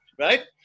Right